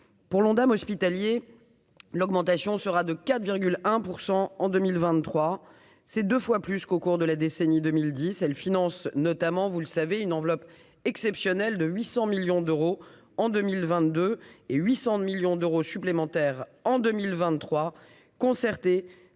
pour l'Ondam hospitalier, l'augmentation sera de 4 virgule un pour 100 en 2023, c'est 2 fois plus qu'au cours de la décennie 2010, elle finance notamment, vous le savez, une enveloppe exceptionnelle de 800 millions d'euros en 2000 22 et 800 millions d'euros supplémentaires en 2023 concertée